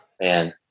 Man